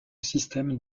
système